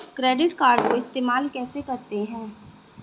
Credit card को इस्तेमाल कैसे करते हैं?